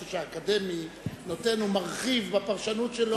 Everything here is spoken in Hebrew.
החופש האקדמי מרחיב היום בפרשנות שלו.